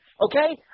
Okay